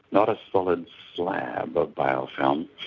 not a solid slab of biofilm,